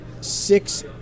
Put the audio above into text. Six